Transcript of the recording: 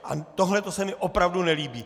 A tohleto se mi opravdu nelíbí.